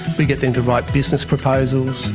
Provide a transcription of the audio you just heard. we get them to write business proposals,